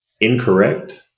incorrect